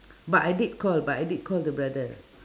but I did call but I did call the brother